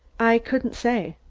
i couldn't say.